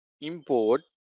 import